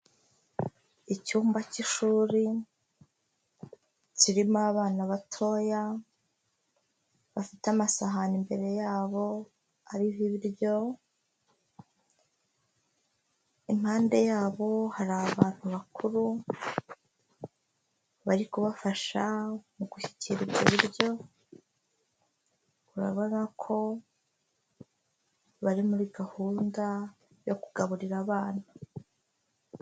Icyumba cy'ishuri kirimo abana batoya bafite amasahani imbere yabo ariho ibiryo, impande yabo hari abantu bakuru bari kubafasha mu gushyikira ibyo biryo urabona ko bari muri gahunda yo kugaburira abana.